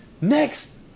next